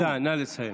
תודה, נא לסיים.